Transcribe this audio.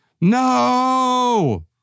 no